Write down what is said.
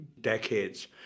decades